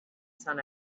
sun